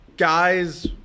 Guys